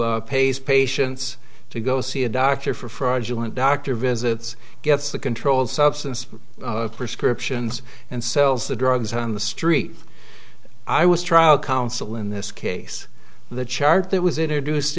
pays patients to go see a doctor for fraudulent doctor visits gets the controlled substance of prescriptions and sells the drugs on the street i was trial counsel in this case the chart that was introduced